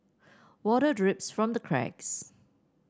water drips from the cracks